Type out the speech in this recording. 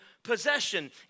Possession